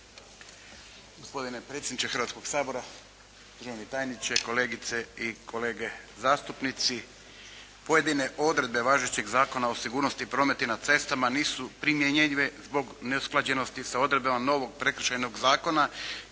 Gospodine predsjedniče Hrvatskoga sabora, državni tajniče, kolegice i kolege zastupnici. Pojedine odredbe važećeg Zakona o sigurnosti prometa na cestama nisu primjenjive zbog neusklađenosti sa odredbama novog Prekršajnog zakona